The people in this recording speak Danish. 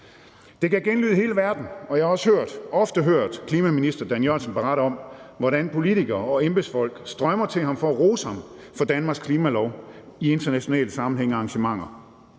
Det gav genlyd i hele verden, og jeg har også ofte hørt klimaminister Dan Jørgensen berette om, hvordan politikere og embedsfolk strømmer til ham for at rose ham for Danmarks klimalov i internationale sammenhænge og til arrangementer.